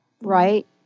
right